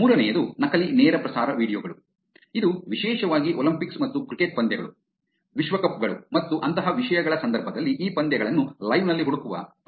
ಮೂರನೆಯದು ನಕಲಿ ನೇರ ಪ್ರಸಾರ ವೀಡಿಯೊ ಗಳು ಇದು ವಿಶೇಷವಾಗಿ ಒಲಿಂಪಿಕ್ಸ್ ಮತ್ತು ಕ್ರಿಕೆಟ್ ಪಂದ್ಯಗಳು ವಿಶ್ವಕಪ್ ಗಳು ಮತ್ತು ಅಂತಹ ವಿಷಯಗಳ ಸಂದರ್ಭದಲ್ಲಿ ಈ ಪಂದ್ಯಗಳನ್ನು ಲೈವ್ ನಲ್ಲಿ ಹುಡುಕುವ ಪ್ರವೃತ್ತಿಯಿದೆ